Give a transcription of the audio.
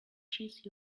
cheese